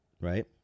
right